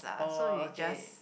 oh okay